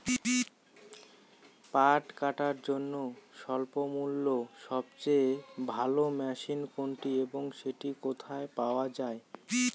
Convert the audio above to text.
পাট কাটার জন্য স্বল্পমূল্যে সবচেয়ে ভালো মেশিন কোনটি এবং সেটি কোথায় পাওয়া য়ায়?